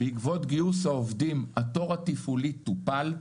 בעקבות גיוס העובדים, התור התפעולי טופל.